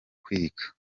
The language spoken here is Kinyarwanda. kwiga